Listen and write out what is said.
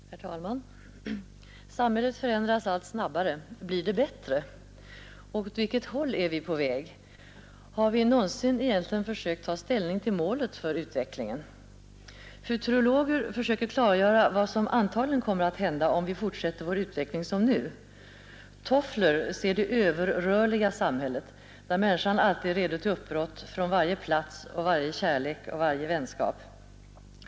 Herr talman! Samhället förändras allt snabbare. Blir det bättre? Åt vilket håll är vi på väg? Har vi egentligen någonsin försökt ta ställning till målet för utvecklingen? Futurologer försöker klargöra vad som antagligen kommer att hända om vi fortsätter vår utveckling som nu. Toffler ser det överrörliga samhället, där människan alltid är redo till uppbrott, från varje plats och varje kärlek och vänskap.